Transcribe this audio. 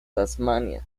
tasmania